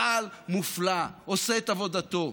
צה"ל מופלא, עושה את עבודתו.